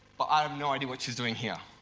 but i have no idea what she's doing here.